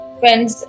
friends